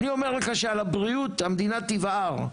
אני אומר לך שעל הבריאות המדינה תבער,